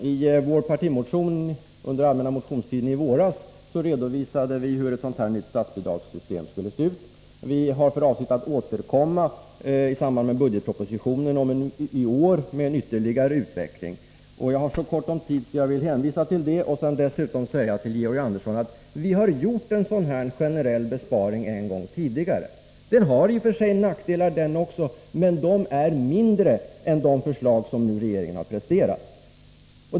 Herr talman! Under allmänna motionstiden i våras redovisade vi i vår partimotion hur ett nytt statsbidragssystem skulle se ut. Vi har för avsikt att återkomma i samband med budgetpropositionen med en utveckling av förslaget. Jag nöjer mig med att hänvisa till det, eftersom jag har så kort tid till förfogande. Sedan vill jag säga till Georg Andersson att vi har gjort en sådan här generell besparing en gång tidigare. Den har i och för sig nackdelar den också, men de är mindre än i det förslag som regeringen nu har presenterat.